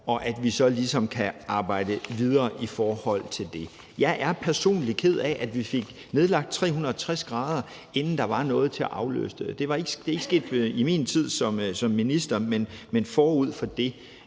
og at vi så ligesom kan arbejde videre i forhold til det. Jeg er personligt ked af, at vi fik nedlagt Magasinet 360°, inden der var noget til at afløse det. Det er ikke sket i min tid som minister, men forud for det.